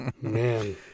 man